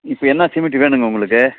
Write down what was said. இப்போ என்ன சிமெண்ட் வேணுங்க உங்களுக்கு